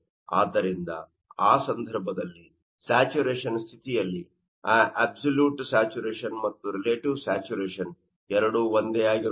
ಆದ್ದರಿಂದ ಆ ಸಂದರ್ಭದಲ್ಲಿ ಸ್ಯಾಚುರೇಶನ್ ಸ್ಥಿತಿಯಲ್ಲಿ ಆ ಅಬ್ಸಲ್ಯೂಟ್ ಸ್ಯಾಚುರೇಶನ್ ಮತ್ತು ರಿಲೇಟಿವ್ ಸ್ಯಾಚುರೇಶನ್ ಎರಡೂ ಒಂದೇ ಆಗಿರುತ್ತದೆ